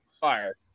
fire